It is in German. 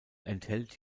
enthält